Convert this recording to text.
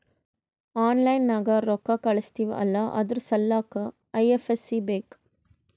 online ನಾಗ್ ರೊಕ್ಕಾ ಕಳುಸ್ತಿವ್ ಅಲ್ಲಾ ಅದುರ್ ಸಲ್ಲಾಕ್ ಐ.ಎಫ್.ಎಸ್.ಸಿ ಬೇಕ್